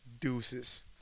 deuces